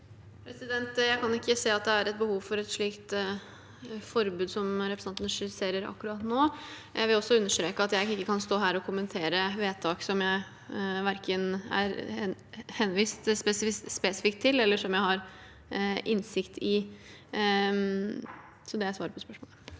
Jeg kan ikke se at det er et behov for et slikt forbud som representanten skisserer akkurat nå. Jeg vil også understreke at jeg ikke kan stå her og kommentere vedtak som jeg verken har henvist spesifikt til eller har innsikt i. Det er svaret mitt på det spørsmålet.